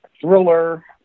thriller